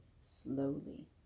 slowly